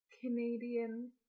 Canadian